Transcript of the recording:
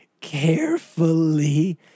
carefully